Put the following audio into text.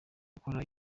gukora